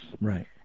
Right